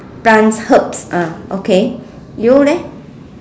plants herbs ah okay you leh